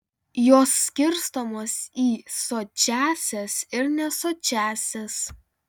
jos skirstomos į sočiąsias ir nesočiąsias